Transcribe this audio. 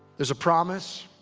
there's a promise